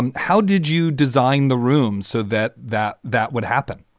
and how did you design the rooms so that that that would happen?